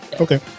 Okay